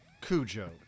Cujo